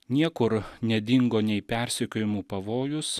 niekur nedingo nei persekiojimų pavojus